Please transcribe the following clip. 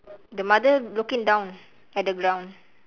the mother looking down at the ground